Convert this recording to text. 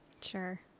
Sure